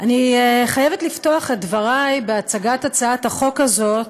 אני חייבת לפתוח את דברי בהצגת הצעת החוק הזאת בהתייחסות,